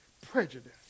prejudice